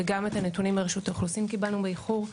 וגם את הנתונים מרשות האוכלוסין קיבלנו באיחור.